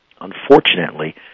unfortunately